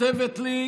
כותבת לי